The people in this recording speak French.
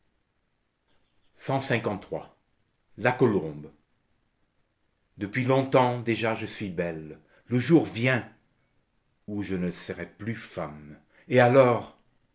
la colombe depuis longtemps déjà je suis belle le jour vient où je ne serai plus femme et alors